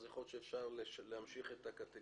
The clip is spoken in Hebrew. אז יכול להיות שאפשר להמשיך את הקטגוריה,